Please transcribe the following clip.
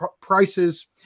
prices